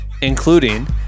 including